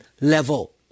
level